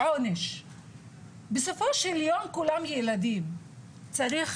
כי בסופו של יום כולם ילדים וצריך